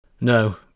No